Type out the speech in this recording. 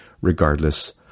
regardless